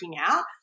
out